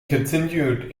continued